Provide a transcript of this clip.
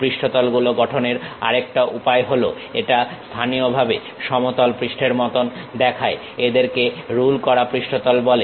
পৃষ্ঠতল গুলো গঠনের আরেকটা উপায় হলো এটা স্থানীয়ভাবে সমতল পৃষ্ঠের মতন দেখায় এদেরকে রুল করা পৃষ্ঠতল বলে